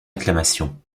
acclamation